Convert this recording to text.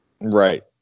Right